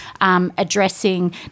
addressing